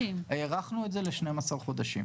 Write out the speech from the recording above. הארכנו את זה ל-12 חודשים.